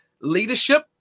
leadership